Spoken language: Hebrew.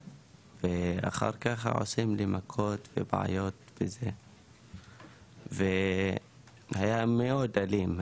ואחר כך עושים לי מכות ובעיות וזה והיה מאוד אלים,